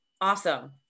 Awesome